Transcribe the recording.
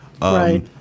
Right